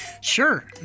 Sure